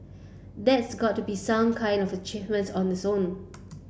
that's got to be some kind of achievement on its own